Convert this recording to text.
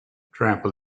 trample